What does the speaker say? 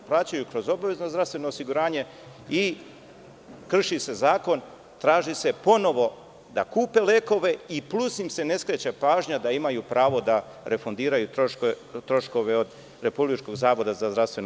Plaćaju kroz obavezno zdravstveno osiguranje i krši se zakon, traži se ponovo da kupe lekove i plus im se ne skreće pažnja da imaju pravo da refundiraju troškove od RZZO.